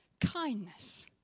Kindness